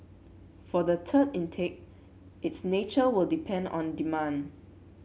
for the third intake its nature will depend on demand